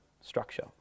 structure